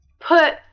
put